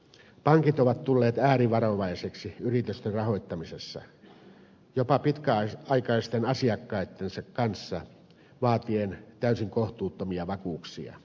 pankit ovat tulleet äärivarovaisiksi yritysten rahoittamisessa jopa pitkäaikaisten asiakkaittensa kanssa vaatien täysin kohtuuttomia vakuuksia